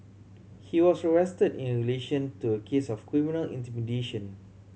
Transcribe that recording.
he was arrested in relation to a case of criminal intimidation